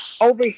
Over